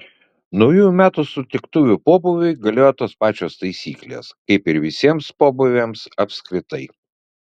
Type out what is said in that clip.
naujųjų metų sutiktuvių pobūviui galioja tos pačios taisyklės kaip ir visiems pobūviams apskritai